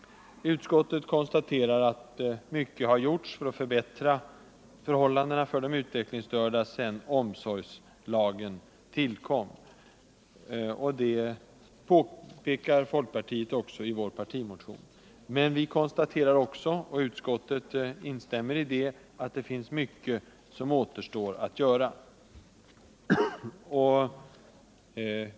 Utskottet konstaterar att mycket har gjorts sedan omsorgslagen tillkom för att förbättra förhållandena för de utvecklingsstörda. Det påpekar också folkpartiet i sin partimotion. Men vi konstaterar också - med instäm 83 mande av utskottet — att mycket återstår att göra.